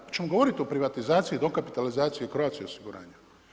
Pa ćemo govorit o privatizaciji, dokapitalizaciji Croatia osiguranja.